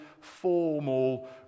formal